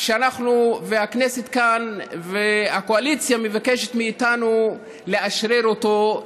שהכנסת כאן והקואליציה מבקשת מאיתנו לאשרר אותו,